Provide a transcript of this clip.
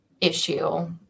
issue